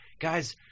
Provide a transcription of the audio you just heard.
Guys